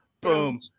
Boom